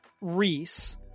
Reese